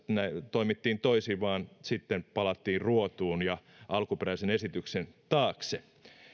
toimittiin toisin ja sitten palattiin ruotuun ja alkuperäisen esityksen taakse